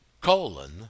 colon